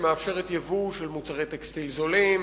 שמאפשרת ייבוא של מוצרי טקסטיל זולים,